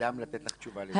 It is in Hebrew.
האדם לתת את התשובה הזאת.